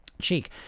Cheek